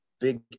big